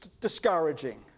discouraging